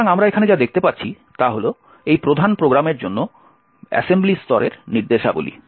সুতরাং আমরা এখানে যা দেখতে পাচ্ছি তা হল এই প্রধান প্রোগ্রামের জন্য অ্যাসেম্বলি স্তরের নির্দেশাবলী